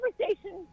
conversation